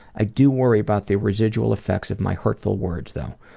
i do worry about the residual effects of my hurtful words though.